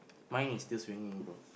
mine is still swinging bro